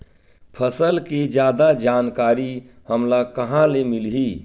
फसल के जादा जानकारी हमला कहां ले मिलही?